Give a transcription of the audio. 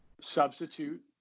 Substitute